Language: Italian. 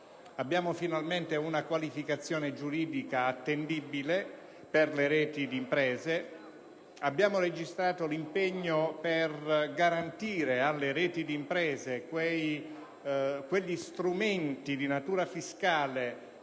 Abbiamo finalmente una qualificazione giuridica attendibile per le reti di imprese; abbiamo registrato l'impegno per garantire alle reti di imprese quegli strumenti di natura fiscale